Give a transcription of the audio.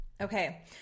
Okay